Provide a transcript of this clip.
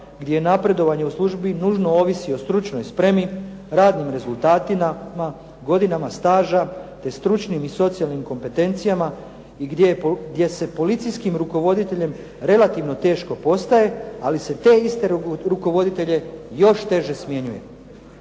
gdje napredovanje u službi nužno ovisi o stručnoj spremi, radnim rezultatima, godinama staža, te stručnim i socijalnim kompetencijama gdje se policijskim rukovoditeljem relativno teško postaje, ali se te iste rukovoditelje još teže smjenjuje".